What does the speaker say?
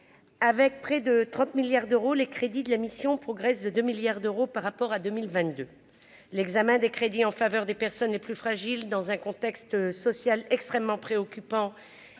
avec près de 30 milliards d'euros, les crédits de la mission progresse de 2 milliards d'euros par rapport à 2022, l'examen des crédits en faveur des personnes les plus fragiles, dans un contexte social extrêmement préoccupant,